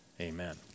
amen